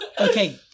Okay